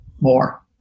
more